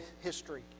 history